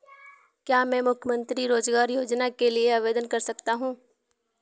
क्या मैं मुख्यमंत्री रोज़गार योजना के लिए आवेदन कर सकता हूँ?